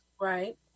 Right